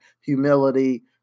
humility